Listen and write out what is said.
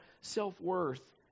self-worth